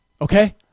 okay